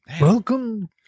Welcome